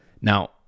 Now